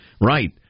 Right